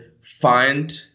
find